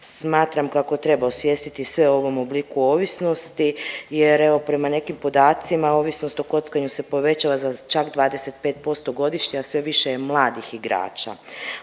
Smatram kako treba osvijestiti i sve o ovom obliku ovisnosti jer evo, prema nekim podacima, ovisnost o kockanju se povećava za čak 25% godišnje, a sve više je mladih igrača.